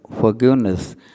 forgiveness